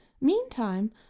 Meantime